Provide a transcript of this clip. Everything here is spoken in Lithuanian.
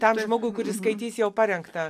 tam žmogui kuris skaitys jau parengtą